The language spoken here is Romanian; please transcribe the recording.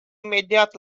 imediat